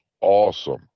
awesome